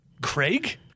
Craig